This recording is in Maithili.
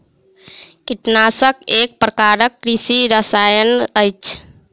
कीटनाशक एक प्रकारक कृषि रसायन अछि